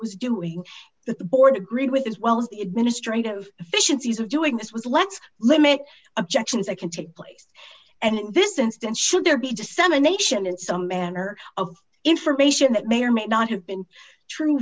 was doing the board agreed with as well as the administrative efficiencies of doing this was let's limit objections i can take place and in this instance should there be dissemination in some manner of information that may or may not have been true